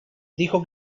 dijo